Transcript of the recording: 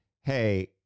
hey